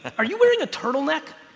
are you wearing a turtleneck?